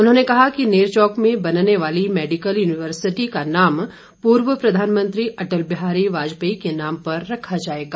उन्होंने कहा कि नेरचौक में बनने वाली मैडिकल यूनिवर्सिटी का नाम पूर्व प्रधानमंत्री अटल बिहारी वाजपेयी के नाम पर रखा जाएगा